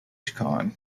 con